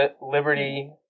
Liberty